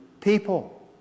people